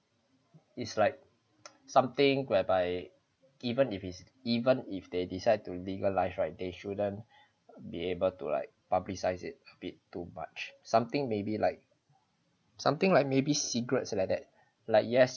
it's like something whereby even if is even if they decide to legalise right they shouldn't be able to like publicise it a bit too much something maybe like something like maybe cigarettes like that like yes